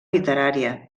literària